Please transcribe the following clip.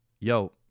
yo